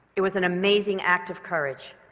it was an amazing act of courage,